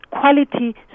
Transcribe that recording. quality